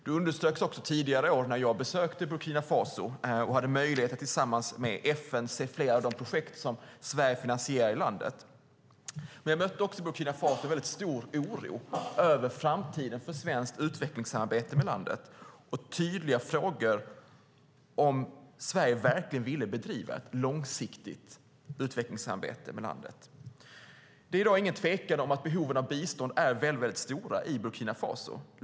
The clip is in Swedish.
Det underströks också tidigare i år när jag besökte Burkina Faso och hade möjlighet att tillsammans med FN se flera av de projekt som Sverige finansierar i landet. Men jag mötte också en väldigt stor oro i Burkina Faso om framtiden för svenskt utvecklingssamarbete med landet och tydliga frågor om Sverige verkligen ville bedriva ett långsiktigt utvecklingssamarbete med landet. Det är ingen tvekan om att behoven av bistånd är mycket stora i Burkina Faso.